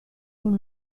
con